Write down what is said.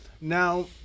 Now